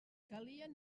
calien